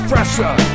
Pressure